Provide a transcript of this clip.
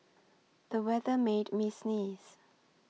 the weather made me sneeze